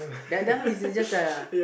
that that one is just a